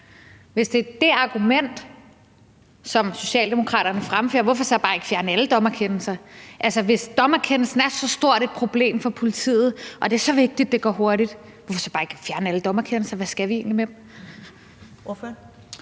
Hvis det er det argument, som Socialdemokraterne fremfører, hvorfor så ikke bare fjerne alle dommerkendelser? Hvis dommerkendelsen er så stort et problem for politiet og det er så vigtigt, at det går hurtigt, hvorfor så ikke bare fjerne alle dommerkendelser – hvad skal vi egentlig med